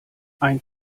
ein